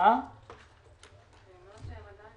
הם לא יעבדו